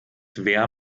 wer